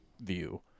view